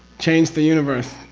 change the universe.